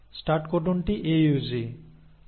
start কোডনটি AUG